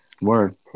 Word